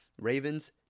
Ravens